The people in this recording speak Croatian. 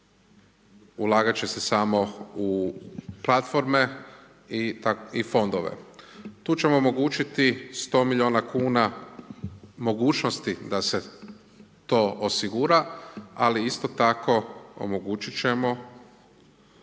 ulagati će se samo u platforme i fondove. Tu ćemo omogućiti 100 milijuna kuna mogućnosti da se to osigura ali isto tako omogućiti ćemo